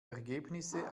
ergebnisse